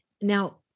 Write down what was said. now